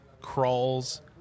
crawls